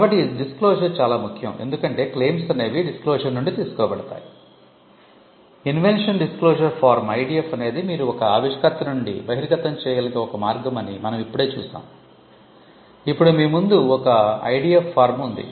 కాబట్టి ఈ డిస్క్లోషర్ ఉంది